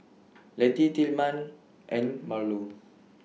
Letty Tillman and Marlo